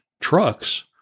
trucks